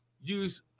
Use